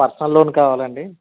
personal loan కావాలి అండి